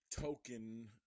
token